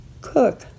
Cook